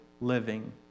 living